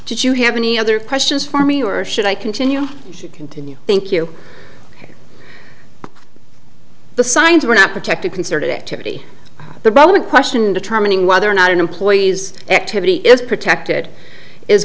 did you have any other questions for me or should i continue to continue thank you the signs were not protected concerted activity the relevant question in determining whether or not an employee's activity is protected is